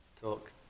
talk